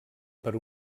per